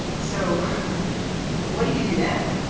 so what do you do then?